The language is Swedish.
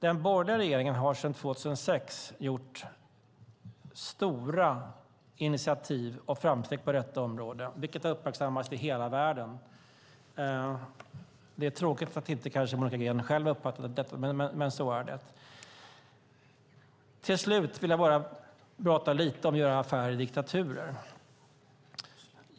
Den borgerliga regeringen har sedan 2006 tagit stora initiativ och gjort stora framsteg på detta område, vilket har uppmärksammats i hela världen. Det är tråkigt att Monica Green själv inte har uppfattat detta, men så är det. Till slut vill jag bara tala lite om att göra affärer i diktaturer.